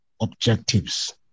objectives